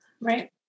Right